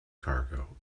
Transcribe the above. cargo